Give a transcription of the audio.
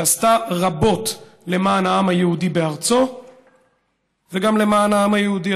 שעשתה רבות למען העם היהודי בארצו וגם למען העם היהודי,